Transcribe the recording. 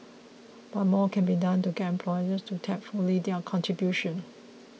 but more can be done to get employers to tap fully their contribution